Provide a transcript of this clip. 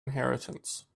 inheritance